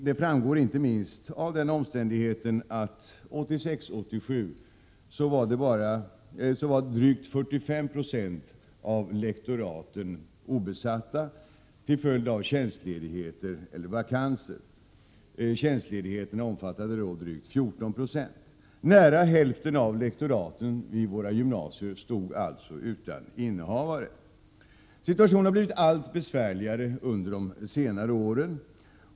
Det framgår inte minst av den omständigheten att läsåret 1986/87 drygt 45 90 av lektoraten var obesatta till följd av tjänstledigheter och vakanser. Tjänstledigheterna omfattade drygt 14 90. Nära hälften av lektoraten vid våra gymnasier stod således utan innehavare. Situationen har blivit allt besvärligare under de senare åren.